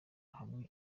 hamwe